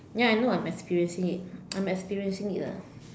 ya I know I'm experiencing it I'm experiencing it lah